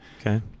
Okay